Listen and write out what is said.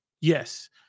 Yes